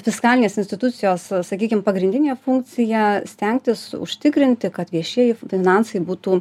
fiskalinės institucijos sakykim pagrindinė funkcija stengtis užtikrinti kad viešieji finansai būtų